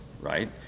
right